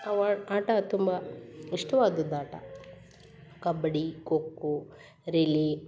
ಅವ ಆಟ ತುಂಬ ಇಷ್ಟವಾದ ಆಟ ಕಬಡ್ಡಿ ಖೋ ಖೋ ರಿಲಿ